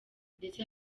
ndetse